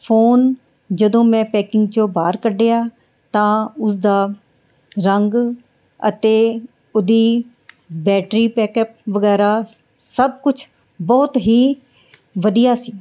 phone ਜਦੋਂ ਮੈਂ packing ਚੋਂ ਬਾਹਰ ਕੱਢਿਆ ਤਾਂ ਉਸਦਾ ਰੰਗ ਅਤੇ ਉਹਦੀ ਬੈਟਰੀ ਪੈਕਅਪ ਵਗੈਰਾ ਸਭ ਕੁਛ ਬਹੁਤ ਹੀ ਵਧੀਆ ਸੀ